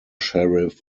sheriff